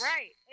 Right